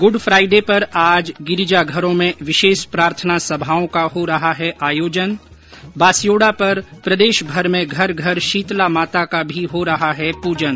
good Friday पर आज गिरिजाघरों में विशेष प्रार्थना सभाओं का हो रहा आयोजन बास्योड़ा पर प्रदेशभर में घर घर शीतला माता का भी हो रहा है प्रजन